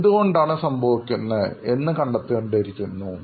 എന്തുകൊണ്ടാണ് ഇത് സംഭവിക്കുന്നത് എന്ന് കണ്ടെത്തേണ്ടിയിരിക്കുന്നു